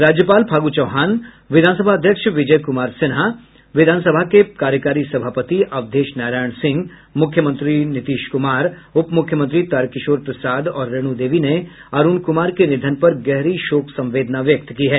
राज्यपाल फागू चौहान विधान सभा अध्यक्ष विजय कुमार सिन्हा विधान परिषद् के कार्यकारी सभापति अवधेश नारायण सिंह मुख्यमंत्री नीतीश कुमार उप मुख्यमंत्री तारकिशोर प्रसाद और रेणु देवी ने अरूण क्मार के निधन पर गहरी शोक संवेदना व्यक्त की है